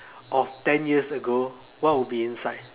of ten years ago what would be inside